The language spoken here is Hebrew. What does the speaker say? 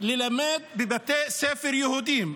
ללמד בבתי ספר יהודיים".